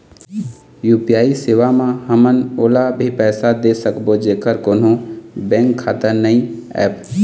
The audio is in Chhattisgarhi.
यू.पी.आई सेवा म हमन ओला भी पैसा दे सकबो जेकर कोन्हो बैंक खाता नई ऐप?